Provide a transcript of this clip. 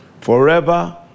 forever